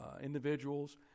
individuals